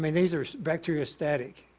i mean these are bacteria static